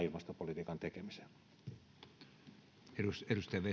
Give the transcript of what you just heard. ilmastopolitiikan tekemiseen arvoisa